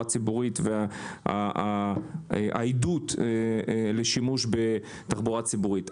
ציבורית והעידוד בשימוש בתחבורה ציבורית.